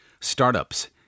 Startups